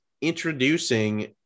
introducing